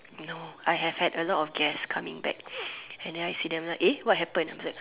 no I have had a lot of guest coming back and then I see them like eh what happened then after that